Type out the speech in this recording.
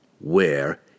Where